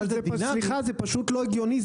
סליחה, זה פשוט לא הגיוני.